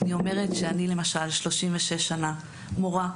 אני אומרת שאני למשל, 36 שנה מורה,